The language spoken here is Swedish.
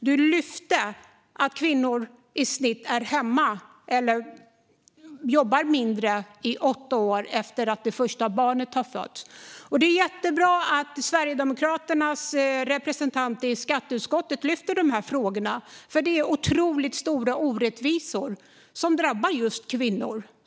Du lyfte fram att kvinnor i snitt är hemma eller jobbar mindre i åtta år efter att det första barnet har fötts. Det är jättebra att Sverigedemokraternas representant i skatteutskottet lyfter fram de här frågorna, för det är otroligt stora orättvisor som drabbar just kvinnor.